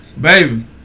Baby